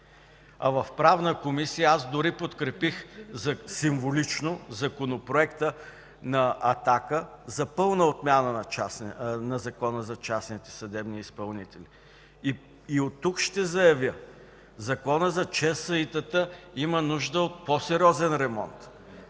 В Правната комисия аз дори подкрепих символично Законопроекта на „Атака” за пълна отмяна на Закона за частните съдебни изпълнители, и оттук ще заявя – Законът за ЧСИ-тата има нужда от по-сериозен ремонт,